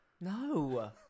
No